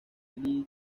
lee